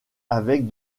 avec